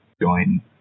join